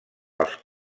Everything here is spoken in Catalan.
als